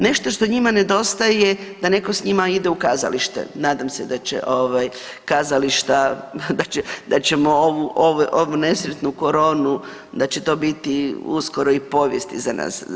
Nešto što njima nedostaje, da netko s njima ide u kazalište, nadam se da će ovaj, kazališta, da ćemo ovu nesretnu koronu, da će to biti uskoro i povijest, iza nas.